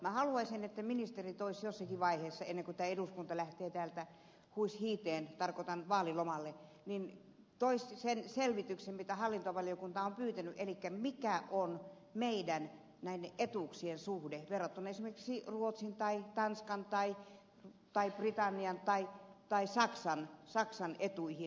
minä haluaisin että ministeri toisi jossakin vaiheessa ennen kuin tämä eduskunta lähtee täältä huis hiiteen tarkoitan vaalilomalle sen selvityksen mitä hallintovaliokunta on pyytänyt elikkä sen mikä on meidän etuuksiemme suhde verrattuna esimerkiksi ruotsin tai tanskan tai britannian tai saksan etuihin